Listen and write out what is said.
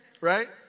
Right